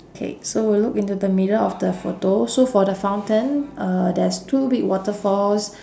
K so we'll look into the middle of the photo so for the fountain uh there's two big waterfalls